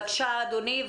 בבקשה אדוני,